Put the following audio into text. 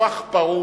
זה הפך פרוץ,